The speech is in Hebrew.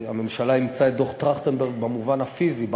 הממשלה אימצה את דוח טרכטנברג במובן הפיזי,